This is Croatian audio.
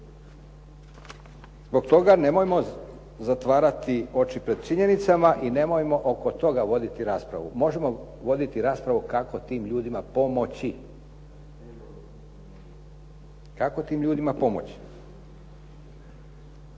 Zbog tog nemojmo zatvarati oči pred činjenicama i nemojmo oko toga voditi raspravu. Možemo voditi raspravu kako tim ljudima pomoći, kako tim ljudima pomoći.